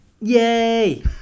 Yay